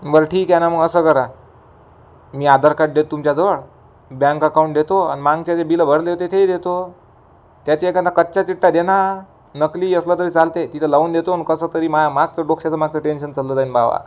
बर ठीक आहे ना मग असं करा मी आधार कार्ड देतो तुमच्याजवळ ब्यांक अकाऊंट देतो आणि मागचे जे बिलं भरले होते तेही देतो त्याचे एखादा कच्चा चिट्ठा दे ना नकली असलं तरी चालते तिथं लावून देतो आणि कसंतरी माझ्या मागचं डोक्ष्याचं मागचं टेन्शन चाललं जाईन बावा